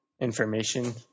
information